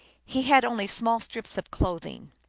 he had only small strips of clothing.